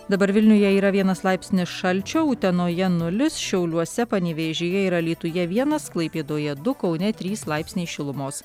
dabar vilniuje yra vienas laipsnis šalčio utenoje nulis šiauliuose panevėžyje ir alytuje vienas klaipėdoje du kaune trys laipsniai šilumos